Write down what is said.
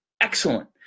excellent